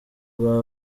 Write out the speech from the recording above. bwa